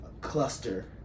cluster